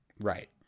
Right